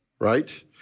right